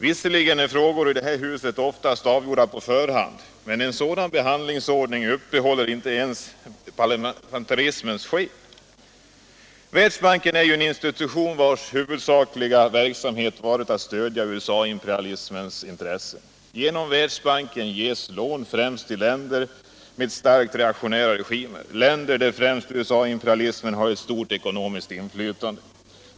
Visserligen är frågor i detta hus oftast avgjorda på förhand, men en sådan behandlingsordning som denna uppehåller inte ens ett sken av parlamentarism. Världsbanken är en institution vars huvudsakliga verksamhet har varit att stödja USA-imperialismens intressen. Genom Världsbanken ges lån främst till länder med starkt reaktionära regimer, länder där främst USA imperialismen har ett stort ekonomiskt inflytande.